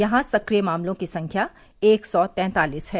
यहां सक्रिय मामलों की संख्या एक सौ तैंतालीस है